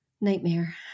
nightmare